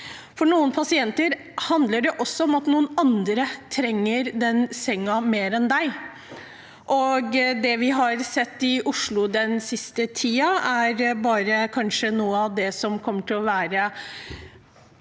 For noen pasienter handler det også om at noen andre trenger den sengen mer. Det vi har sett i Oslo den siste tiden, er kanskje bare begynnelsen, for med de